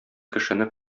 кешене